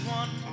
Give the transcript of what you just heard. one